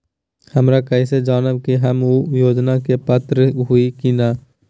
हम कैसे जानब की हम ऊ योजना के पात्र हई की न?